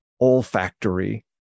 olfactory